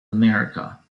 america